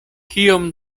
kiom